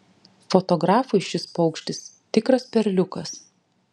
fotografui šis paukštis tikras perliukas